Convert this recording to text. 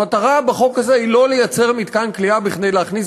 המטרה בחוק הזה היא לא לייצר מתקן כליאה כדי להכניס